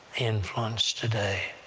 influence today.